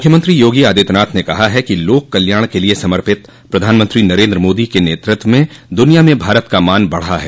मुख्यमंत्रो योगी आदित्यनाथ ने कहा है कि लोक कल्याण के लिये समर्पित प्रधानमंत्री नरेन्द्र मोदी के नेतृत्व में दुनिया में भारत का मान बढ़ा है